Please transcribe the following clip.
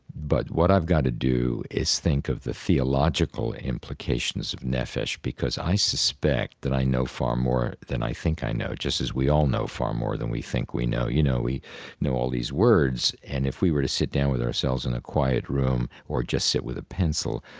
but what i've got to do is think of the theological implications of nephesh, because i suspect that i know far more than i think i know, just as we all know far more than we think we know. you know, we know all these words and if we were to sit down with ourselves in a quiet room or just sit with a pencil,